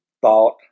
thought